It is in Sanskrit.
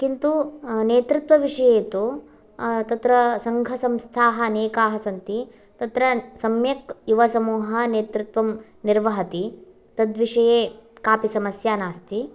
किन्तु नेतृत्त्वविषये तु तत्र सङ्घसंस्थाः अनेकाः सन्ति तत्र सम्यक् युवसमूहः नेतृत्त्वं निर्वहति तद्विषये कापि समस्या नास्ति